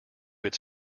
its